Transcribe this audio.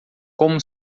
como